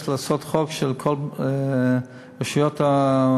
צריך לעשות חוק של כל הרשויות המקומיות,